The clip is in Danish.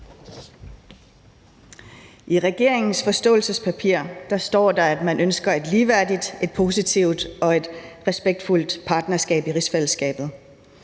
I regeringens forståelsespapir står der, at man ønsker et ligeværdigt, et positivt og et respektfuldt partnerskab i rigsfællesskabet.